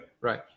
Right